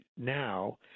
now